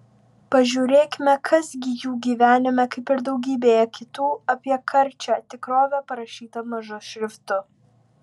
pažiūrėkime kas gi jų gyvenime kaip ir daugybėje kitų apie karčią tikrovę parašyta mažu šriftu